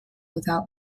without